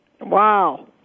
Wow